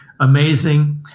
amazing